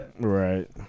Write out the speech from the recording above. Right